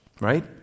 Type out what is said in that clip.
right